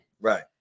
Right